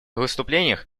выступлениях